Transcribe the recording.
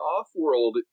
Offworld